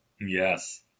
Yes